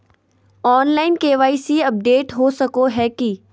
Online KYC update हो सको है की?